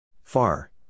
Far